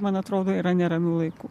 man atrodo yra neramių laikų